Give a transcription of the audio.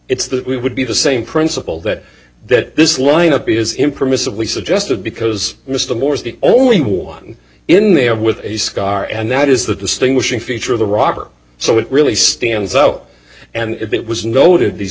it's that we would be the same principle that that this line up is impermissibly suggested because mr moore is the only one in there with a scar and that is the distinguishing feature of the rocker so it really stands out and it was noted these